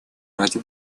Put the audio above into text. ради